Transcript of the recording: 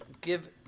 give